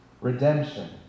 redemption